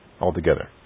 altogether